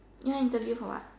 ya interview for what